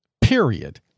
Period